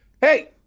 Hey